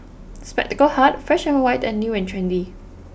Spectacle Hut Fresh and White and New and Trendy